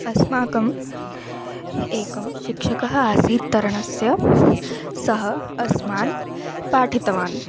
अस्माकम् एकः शिक्षकः आसीत् तरणस्य सः अस्मान् पाठितवान्